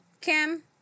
Kim